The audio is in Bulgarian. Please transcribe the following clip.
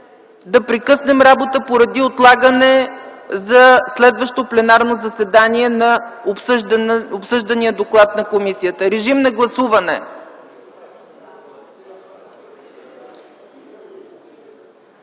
да прекъснем работа поради отлагане за следващо пленарно заседание на обсъждания доклад на комисията. Гласували